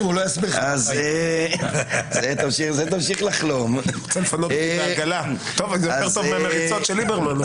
יותר טוב ממריצות של ליברמן.